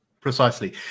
Precisely